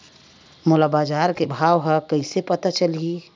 मोला बजार के भाव ह कइसे पता चलही?